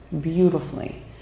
beautifully